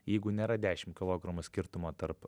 jeigu nėra dešim kilogramų skirtumo tarp